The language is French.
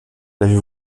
l’avez